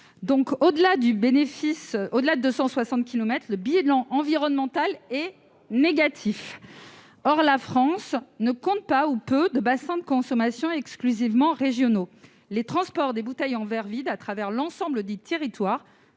encore en France -, le bilan environnemental est négatif. Or la France ne compte pas ou peu de bassins de consommation exclusivement régionaux. Les transports des bouteilles en verre vides à travers l'ensemble des territoires